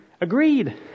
agreed